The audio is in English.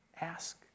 ask